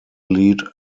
lead